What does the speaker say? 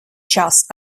час